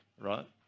right